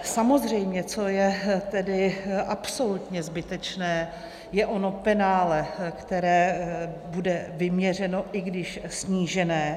Samozřejmě co je tedy absolutně zbytečné, je ono penále, které bude vyměřeno, i když snížené.